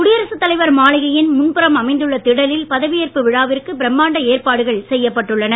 குடியரசு தலைவர் மாளிகையின் முன்புறம் அமைந்துள்ள திடலில் பதவியேற்பு விழாவிற்கு பிரம்மாண்ட ஏற்பாடுகள் செய்யப்பட்டுள்ளன